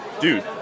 Dude